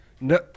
No